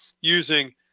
using